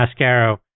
Mascaro